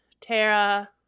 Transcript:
Tara